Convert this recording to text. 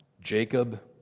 Jacob